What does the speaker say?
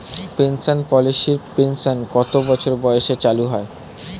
Pension পলিসির pension কত বছর বয়সে চালু হয়?